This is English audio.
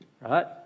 Right